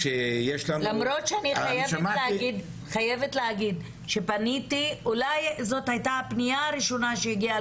אני חייבת לומר שפניתי זו הייתה אולי הפנייה הראשונה שהגיעה